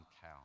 cow